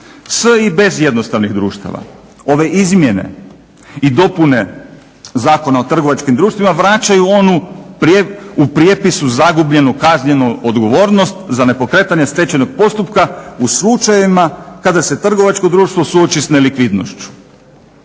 s i bez jednostavnih društava. Ove izmjene i dopune Zakona o trgovačkim društvima vraćaju onu u prijepisu zagubljenu kaznenu odgovornost za nepokretanje stečajnog postupka u slučajevima kada se trgovačko društvo suoči sa nelikvidnošću,